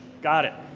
got it.